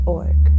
org